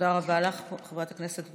תודה רבה לך, חברת הכנסת וונש.